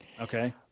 Okay